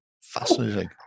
Fascinating